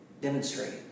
Demonstrate